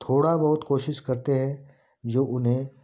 थोड़ा बहुत कोशिश करते हैं जो उन्हें